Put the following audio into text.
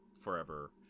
forever